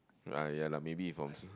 ah ya lah maybe he from s~